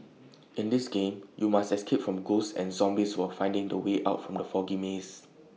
in this game you must escape from ghosts and zombies while finding the way out from the foggy maze